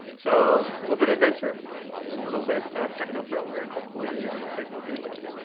so it's a little bit adventure, and a little bit to techno thriller. and hopefully, you'll take a look and enjoy.